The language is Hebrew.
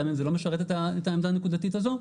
גם אם זה לא משרת את העמדה הנקודתית הזו,